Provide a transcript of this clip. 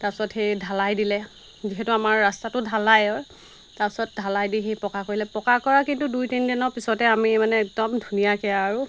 তাৰপাছত সেই ঢালাই দিলে যিহেতু আমাৰ ৰাস্তাটো ঢালায়ৰ তাৰপিছত ঢালাই দি সেই পকা কৰিলে পকা কৰাৰ কিন্তু দুই তিনদিনৰ পিছতে আমি মানে একদম ধুনীয়াকৈ আৰু